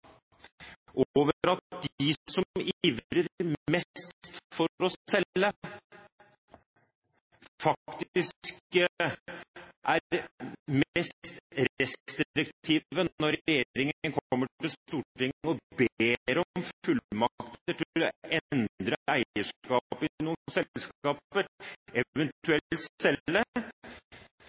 at de som ivrer mest for å selge, faktisk er mest restriktive når regjeringen kommer til Stortinget og ber om fullmakten til å endre eierskap i noen